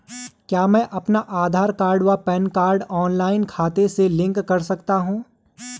क्या मैं अपना आधार व पैन कार्ड ऑनलाइन खाते से लिंक कर सकता हूँ?